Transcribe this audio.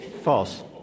False